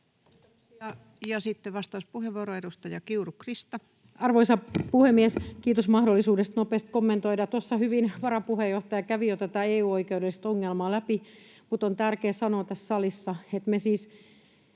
sitten vastauspuheenvuoro, edustaja Kiuru, Krista. Arvoisa puhemies! Kiitos mahdollisuudesta nopeasti kommentoida. — Tuossa hyvin varapuheenjohtaja kävi jo tätä EU-oikeudellista ongelmaa läpi, mutta on tärkeää sanoa tässä salissa, että me siis